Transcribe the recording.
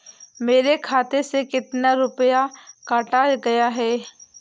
मेरे खाते से कितना रुपया काटा गया है?